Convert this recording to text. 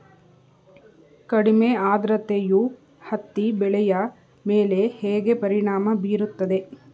ಕಡಿಮೆ ಆದ್ರತೆಯು ಹತ್ತಿ ಬೆಳೆಯ ಮೇಲೆ ಹೇಗೆ ಪರಿಣಾಮ ಬೀರುತ್ತದೆ?